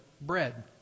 bread